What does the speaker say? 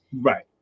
Right